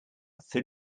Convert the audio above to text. thin